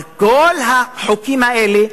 אבל כל החוקים האלה,